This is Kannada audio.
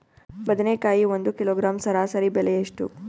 ಬದನೆಕಾಯಿ ಒಂದು ಕಿಲೋಗ್ರಾಂ ಸರಾಸರಿ ಬೆಲೆ ಎಷ್ಟು?